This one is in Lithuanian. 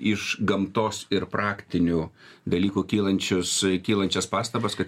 iš gamtos ir praktinių dalykų kylančius kylančias pastabas kad